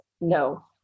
no